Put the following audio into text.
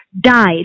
dies